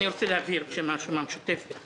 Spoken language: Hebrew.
אני רוצה להבהיר בשם הרשימה המשותפת,